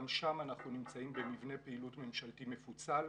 גם שם אנחנו נמצאים במבנה פעילות ממשלתי מפוצל,